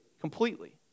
completely